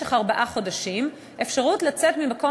במשך ארבעה חודשים אפשרות לצאת ממקום